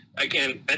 Again